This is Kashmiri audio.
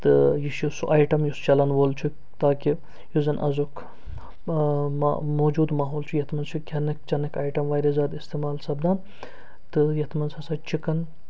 تہٕ یہِ چھُ سُہ آیٹم یُس چَلن ووٚل چھُ تاکہِ یُس زَن أزیُک ما موجوٗد ماحول چھُ یَتھ منٛز چھُ کھٮ۪نٔکۍ چٮ۪نٔکۍ آیٹَم واریاہ زیادٕ اِستٮعمال سَپدان تہٕ یَتھ منٛز ہسا چِکَن